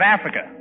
Africa